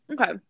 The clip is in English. Okay